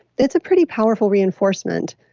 it's a pretty powerful reinforcement.